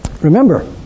remember